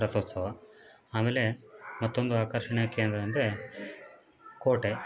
ರಥೋತ್ಸವ ಆಮೇಲೆ ಮತ್ತೊಂದು ಆಕರ್ಷಣೆ ಕೇಂದ್ರ ಅಂದರೆ ಕೋಟೆ